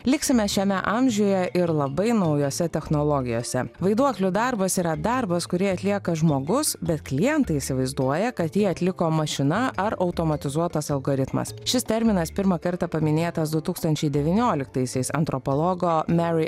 liksime šiame amžiuje ir labai naujose technologijose vaiduoklių darbas yra darbas kurį atlieka žmogus bet klientai įsivaizduoja kad jį atliko mašina ar automatizuotas algoritmas šis terminas pirmą kartą paminėtas du tūkstančiai devynioliktaisiais antropologo mary